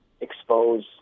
expose